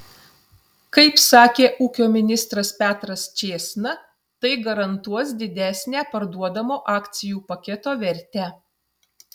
kaip sakė ūkio ministras petras čėsna tai garantuos didesnę parduodamo akcijų paketo vertę